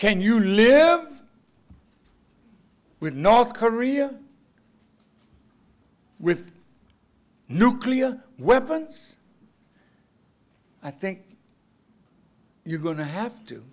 can you live with north korea with nuclear weapons i think you're going to have to